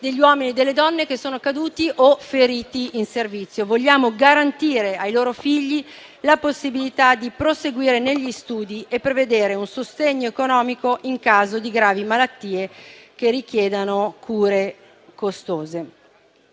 degli uomini e delle donne che sono caduti o feriti in servizio. Vogliamo garantire ai loro figli la possibilità di proseguire negli studi e prevedere un sostegno economico in caso di gravi malattie che richiedano cure costose.